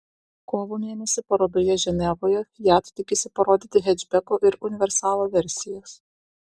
kovo mėnesį parodoje ženevoje fiat tikisi parodyti hečbeko ir universalo versijas